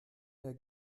der